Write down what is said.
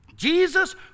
Jesus